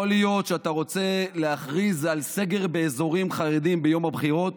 יכול להיות שאתה רוצה להכריז על סגר באזורים חרדיים ביום הבחירות?